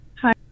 hi